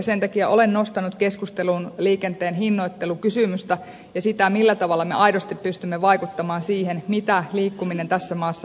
sen takia olen nostanut keskusteluun liikenteen hinnoittelukysymystä ja sitä millä tavalla me aidosti pystymme vaikuttamaan siihen mitä liikkuminen tässä maassa maksaa